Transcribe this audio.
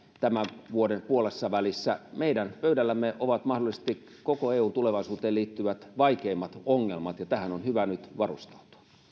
tämän vuoden puolessavälissä meidän pöydällämme ovat mahdollisesti koko eun tulevaisuuteen liittyvät vaikeimmat ongelmat ja tähän on hyvä nyt varustautua